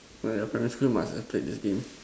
when you're primary school you must have played this game